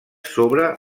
sobre